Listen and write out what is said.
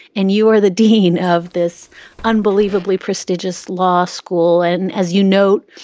and you are the dean of this unbelievably prestigious law school. and as you note,